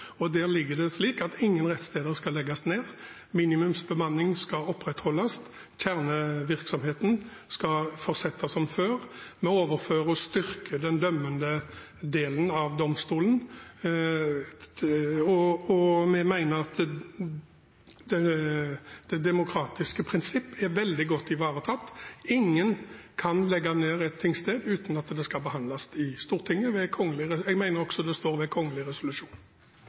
ligger det at ingen rettssteder skal legges ned, minimumsbemanning skal opprettholdes, og kjernevirksomheten skal fortsette som før. Vi overfører og styrker den dømmende delen av domstolen, og vi mener at det demokratiske prinsipp er veldig godt ivaretatt. Ingen kan legge ned et tingsted uten at det skal behandles i Stortinget, og jeg mener at det også står ved kgl. resolusjon.